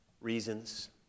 reasons